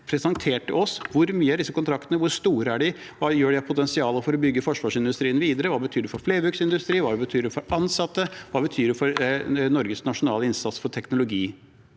presentert for oss. Hvor mye er disse kontraktene på, hvor store er de, hva gjør de med potensialet for å bygge forsvarsindustrien videre, hva betyr det for flerbruksindustri, hva betyr det for ansatte, hva betyr det for Norges nasjonale innsats for teknologi?